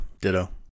Ditto